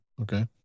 Okay